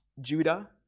Judah